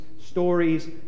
stories